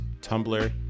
Tumblr